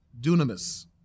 Dunamis